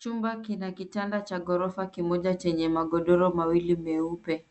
Chumba kina kitanda cha ghorofa kimoja chenye magodoro mawili meupe.